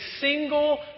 single